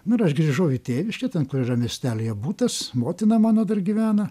nu ir aš grįžau į tėviškę ten kur yra miestelyje butas motina mano dar gyvena